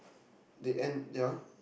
they end yea